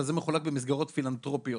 וזה מחולק במסגרות פילנתרופיות,